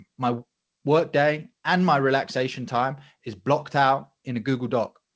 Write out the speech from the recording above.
my work day and my relaxation time is blocked out in a google doc.